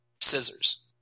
Scissors